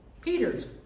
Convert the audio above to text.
Peter's